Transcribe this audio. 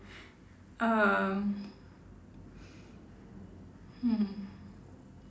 um mm